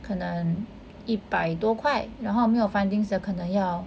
可能一百多块然后没有 fundings 的可能要